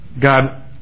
God